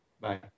Bye